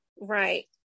right